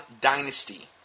dynasty